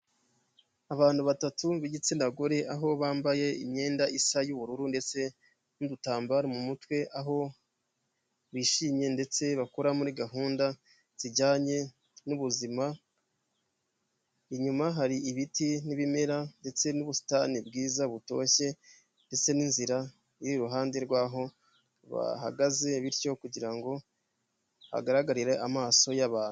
Abantu batatu b'igitsina gore aho bambaye imyenda isa y'ubururu ndetse n'udutambaro mu mutwe aho bishimye ndetse bakora muri gahunda zijyanye n'ubuzima, inyuma hari ibiti n'ibimera ndetse n'ubusitani bwiza butoshye ndetse n'inzira, iruhande rw'aho bahagaze bityo kugira ngo hagaragarire amaso y'abantu.